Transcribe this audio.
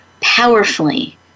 powerfully